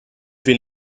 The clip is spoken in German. wir